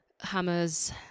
hammers